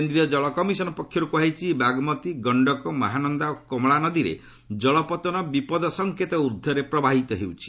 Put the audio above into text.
କେନ୍ଦ୍ରୀୟ ଜଳ କମିଶନ୍ ପକ୍ଷରୁ କୁହାଯାଇଛି ବାଗ୍ମତି ଗଶ୍ତକ ମହାନନ୍ଦା ଓ କମଳାନଦୀରେ ଜଳପତନ ବିପଦ ସଂକତ ଊର୍ଦ୍ଧ୍ୱରେ ପ୍ରବାହିତ ହେଉଛି